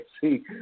see